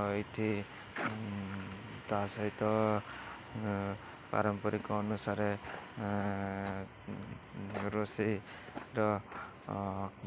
ଏଇଠି ତା ସହିତ ପାରମ୍ପାରିକ ଅନୁସାରେ ରୋଷେଇର